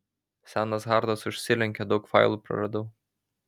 senas hardas užsilenkė daug failų praradau